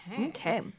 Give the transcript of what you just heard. Okay